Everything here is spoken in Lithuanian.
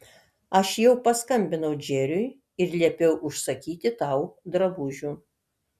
aš jau paskambinau džeriui ir liepiau užsakyti tau drabužių